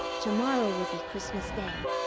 to-morrow will be christmas day,